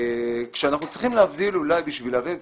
אנחנו צריכים להבדיל בשביל להבין את